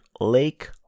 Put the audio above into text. Lake